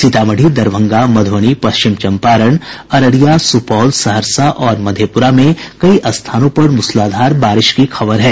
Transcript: सीतामढ़ी दरभंगा मध्रबनी पश्चिम चंपारण अररिया सुपौल सहरसा और मधेपुरा में कई स्थानों पर मूसलाधार बारिश की खबर है